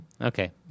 Okay